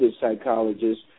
psychologist